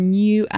new